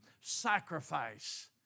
sacrifice